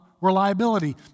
reliability